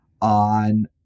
on